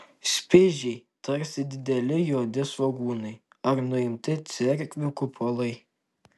špižiai tarsi dideli juodi svogūnai ar nuimti cerkvių kupolai